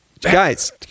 Guys